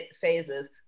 phases